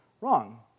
wrong